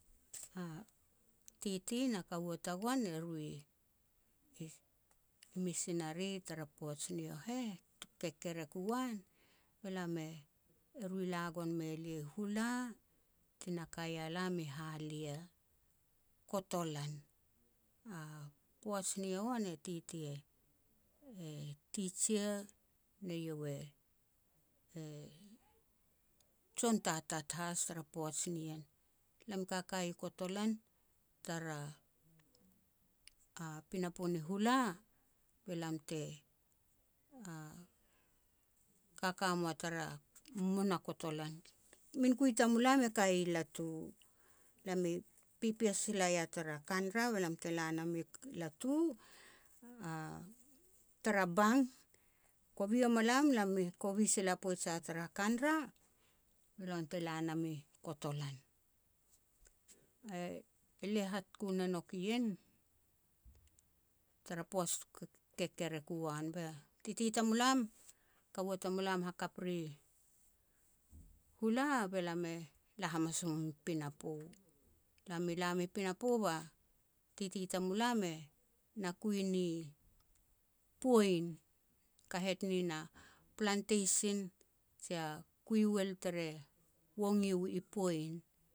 A titi na kaua tagoan eru i-i missionary tara poaj yio heh, tuku kekerek u uan, be lam e-eru e la gon mei lia Hula, ti na kai a lam i Halia, kotolan. A poaj ni yo an, e titi e-e teacher be eiau e-e jon tatat has tara poaj nien. Elam kakai i kotolan tara a pinapo ni Hula be lam te kaka moa tara muna kotolan. Min kui tamulam e kai i latu, lam i pipias sila ia tara kanra be lam te lanam i latu a-tara bang kovi wama lam lam elam, lam i kovi sila poij ma tara kanra, be lam tele nam i kotolan. E-elia hat ku ne nouk ien, tara poaj tu kekerek uan, be titi tamulam, kaua tamulam hakap ri Hula be lam e la hamanas mum i pinapo. Lam i lam i panapo ba titi tamulam e na kui ni Poin, kahet nin a plantation jia kui uel tere Wong Yu i Poin